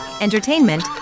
entertainment